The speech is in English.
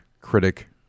critic